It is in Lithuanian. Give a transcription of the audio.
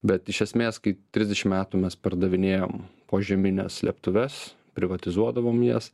bet iš esmės kai trisdešim metų mes pardavinėjom požemines slėptuves privatizuodavom jas